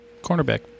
Cornerback